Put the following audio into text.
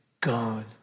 God